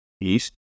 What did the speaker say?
East